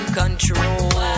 control